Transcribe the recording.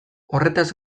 horretaz